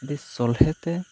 ᱟᱹᱫᱤ ᱥᱚᱞᱦᱮ ᱛᱮ